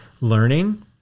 Learning